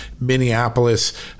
Minneapolis